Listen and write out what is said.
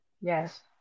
Yes